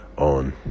On